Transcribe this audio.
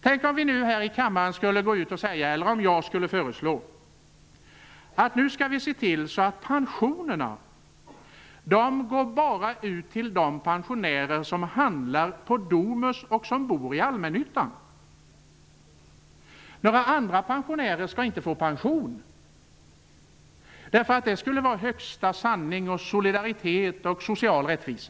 Tänk om vi i kammaren skulle gå ut och säga, eller jag skulle föreslå: Nu skall vi se till att pensionerna bara går till de pensionärer som handlar på Domus och som bor i allmännyttan. Några andra pensionärer skall inte få pension. Det skulle vara högsta sanning, solidaritet och social rättvisa.